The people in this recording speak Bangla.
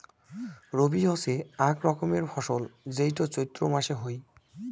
রবি হসে আক রকমের ফসল যেইটো চৈত্র মাসে হই